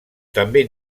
també